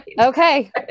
Okay